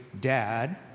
dad